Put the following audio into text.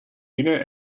binnen